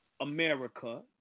America